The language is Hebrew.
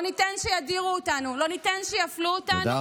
לא ניתן שידירו אותנו, לא ניתן שיפלו אותנו.